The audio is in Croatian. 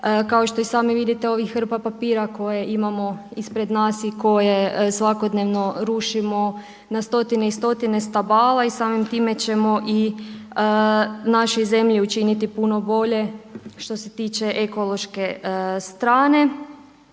Kao što i sami vidite ovih hrpa papira koje imamo ispred nas i koje svakodnevno rušimo na stotine i stotine stabala i samim time ćemo i našoj zemlji učiniti puno bolje što se tiče ekološke strane.